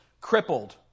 crippled